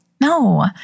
No